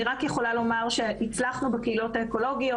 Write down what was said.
אני רק יכולה לומר שהצלחנו בקהילות האקולוגיות